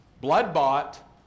blood-bought